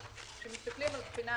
אני מאגף התקציבים.